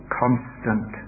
constant